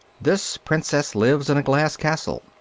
this princess lives in a glass castle,